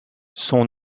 son